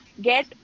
get